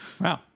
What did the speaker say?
Wow